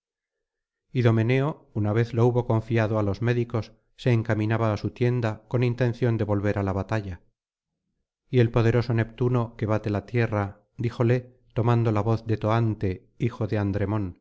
idoméneo una vez lo hubo confiado á los médicos se encaminaba á su tienda con intención de volver á la batalla y el poderoso neptuno que bate la tierra díjole tomando la voz de toante hijo de